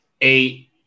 eight